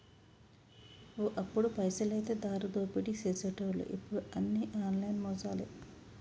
ఓ అప్పుడు పైసలైతే దారిదోపిడీ సేసెటోళ్లు ఇప్పుడు అన్ని ఆన్లైన్ మోసాలే